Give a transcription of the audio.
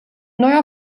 neuer